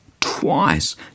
twice